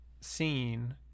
scene